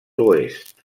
oest